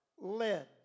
Led